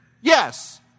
Yes